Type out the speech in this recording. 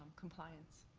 compliance.